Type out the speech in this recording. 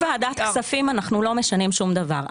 בלי ועדת כספים אנחנו לא משנים שום דבר,